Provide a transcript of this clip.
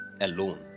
alone